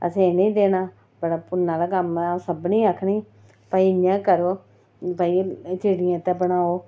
असें इ'नें गी देना बड़ा पुन्न आह्ला कम्म ऐ सभनें गी आखनी भाई इ'यां करो भाई चिड़ियें आस्तै बनाओ